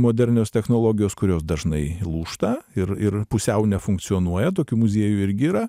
modernios technologijos kurios dažnai lūžta ir ir pusiau nefunkcionuoja tokių muziejų irgi yra